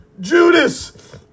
Judas